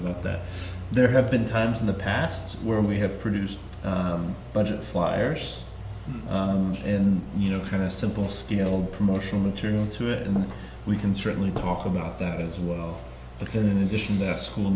about that there have been times in the past where we have produced budget flyers in you know kind of simple steeled promotional material to it and we can certainly talk about that as well but then in addition the school